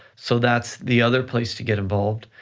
so that's the other place to get involved.